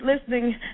listening